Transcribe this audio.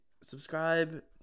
subscribe